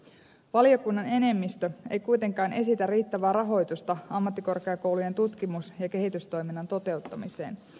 valiokunnan enemmistö ei kuitenkaan esitä riittävää rahoitusta ammattikorkeakoulujen tutkimus ja kehitystoiminnan toteuttamiseen